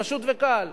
פשוט וקל.